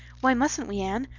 why mustent we, anne?